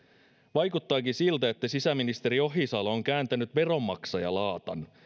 vaikuttaakin siltä että sisäministeri ohisalo on kääntänyt veronmaksajalaatan